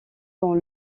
dans